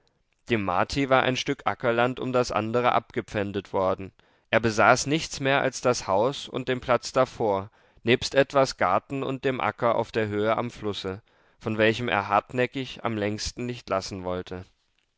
dem marti war ein stück ackerland um das andere abgepfändet worden er besaß nichts mehr als das haus und den platz davor nebst etwas garten und dem acker auf der höhe am flusse von welchem er hartnäckig am längsten nicht lassen wollte